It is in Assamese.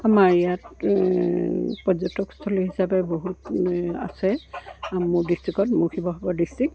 আমাৰ ইয়াত পৰ্যটকস্থলী হিচাপে বহুত আছে মোৰ ডিষ্ট্ৰিক্টত মোৰ শিৱসাগৰ ডিষ্ট্ৰিক্ট